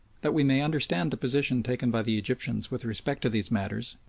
that we may understand the position taken by the egyptians with respect to these matters,